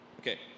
Okay